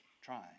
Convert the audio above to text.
trying